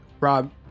Rob